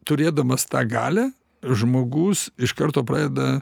turėdamas tą galią žmogus iš karto pradeda